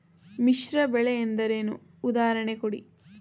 ಮಿಶ್ರ ಬೆಳೆ ಎಂದರೇನು, ಉದಾಹರಣೆ ಕೊಡಿ?